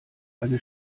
eine